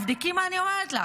תבדקי מה אני אומרת לך.